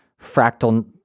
fractal